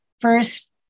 first